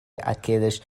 aqueles